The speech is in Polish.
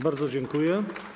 Bardzo dziękuję.